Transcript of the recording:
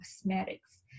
Cosmetics